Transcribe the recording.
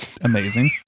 amazing